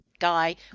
guy